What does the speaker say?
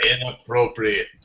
inappropriate